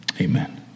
Amen